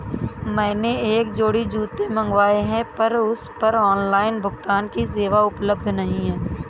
मैंने एक जोड़ी जूते मँगवाये हैं पर उस पर ऑनलाइन भुगतान की सेवा उपलब्ध नहीं है